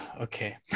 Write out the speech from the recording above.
Okay